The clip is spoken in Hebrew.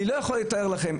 אני לא יכול לתאר לכם,